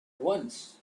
once